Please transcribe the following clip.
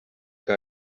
que